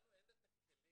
לנו את הכלים